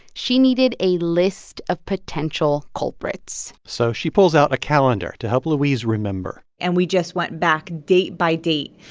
she needed a list of potential culprits so she pulls out a calendar to help louise remember and we just went back date by date.